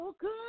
good